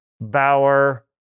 Bauer